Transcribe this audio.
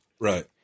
Right